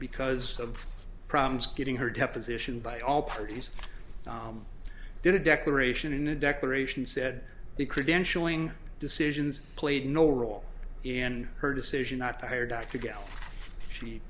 because of problems getting her deposition by all parties did a declaration in a declaration said the credentialing decisions played no role in her decision not to hire dr gayle she